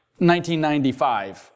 1995